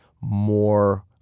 more